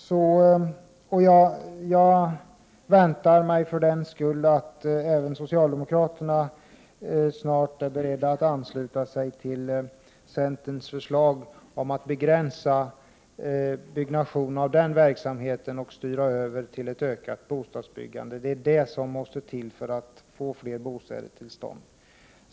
Jag väntar mig att även socialdemokraterna snart är beredda att ansluta sig till centerns förslag om en begränsning av byggande av detta slag att man och i stället styr över verksamheten till ett ökat bostadsbyggande. Det är detta som måste till för att vi skall få till stånd fler bostäder.